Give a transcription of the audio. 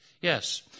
Yes